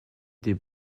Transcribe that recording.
des